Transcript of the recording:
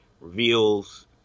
reveals